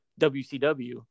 WCW